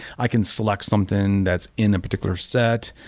i can select something that's in a particular set,